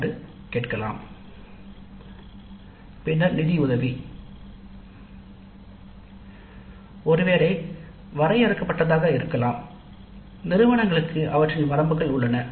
எனக் கேட்கலாம் பின்னர் நிதி உதவி ஒருவேளை வரையறுக்கப்பட்டதாக இருக்கலாம் நிறுவனங்களுக்கு அவற்றின் வரம்புகள் உள்ளன